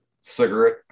Cigarette